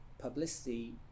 publicity